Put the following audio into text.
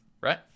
right